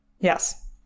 Yes